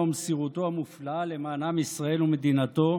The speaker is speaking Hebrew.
ומסירותו המופלאה למען עם ישראל ומדינתו